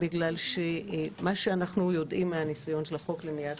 משום שמה שאנחנו יודעים מהניסיון שהצליח החוק למניעת